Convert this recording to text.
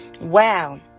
Wow